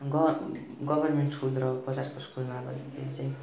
ग government school र बजारको स्कुलमा अब हेर्दाखेरि चाहिँ